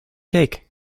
cake